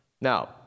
Now